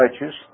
righteous